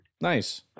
Nice